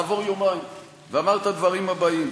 ואמר את הדברים האלה: